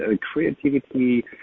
creativity